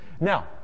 Now